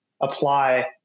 apply